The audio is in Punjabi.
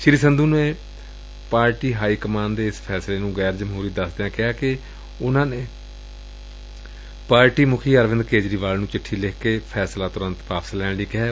ਸ੍ਰੀ ਸੰਧੂ ਨੇ ਵੀ ਪਾਰਟੀ ਹਾਈ ਕਮਾਨ ਦੇ ਇਸ ਫੈਸਲੇ ਨੂੰ ਗੈਰ ਜਮਹੂਰੀ ਦਸਦਿਆਂ ਕਿਹਾ ਕਿ ਉਨੂਾਂ ਨੇ ਪਾਰਟੀ ਮੁਖੀ ਅਰਵਿਂਦ ਕੇਜਰੀਵਾਲ ਨੂੰ ਚਿੱਠੀ ਲਿਖ ਕੇ ਫੈਸਲਾ ਤੁਰੰਤ ਵਾਪਸ ਲੈਣ ਲਈ ਕਿਹੈ